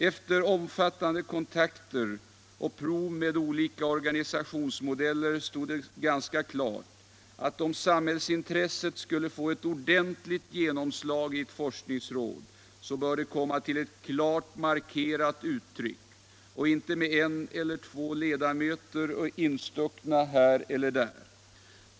Efter omfattande kontakter och prov med olika organisationsmodeller stod det ganska klart att om samhällsintresset skall få ett ordentligt genomslag i ett forskningsråd, så bör det komma till ett klart markerat uttryck, och inte med en eller två ledamöter instuckna här och där.